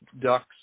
ducks